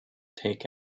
take